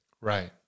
Right